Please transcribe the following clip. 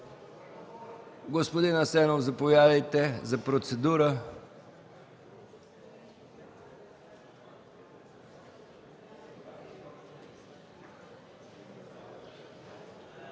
Господин Ненков, заповядайте за процедура.